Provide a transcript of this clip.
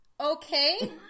Okay